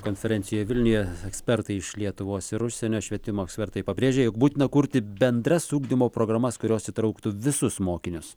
konferencijoje vilniuje ekspertai iš lietuvos ir užsienio švietimo ekspertai pabrėžia jog būtina kurti bendras ugdymo programas kurios įtrauktų visus mokinius